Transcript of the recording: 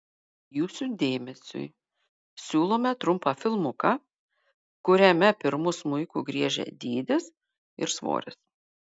jūsų dėmesiui siūlome trumpą filmuką kuriame pirmu smuiku griežia dydis ir svoris